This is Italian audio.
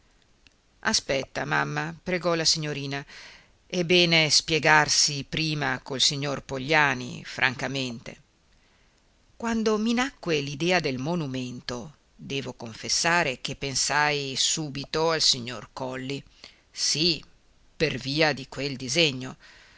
aspetta mamma pregò la signorina è bene spiegarsi prima con il signor pogliani francamente quando mi nacque l'idea del monumento devo confessare che pensai subito al signor colli sì per via di quel disegno